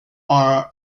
are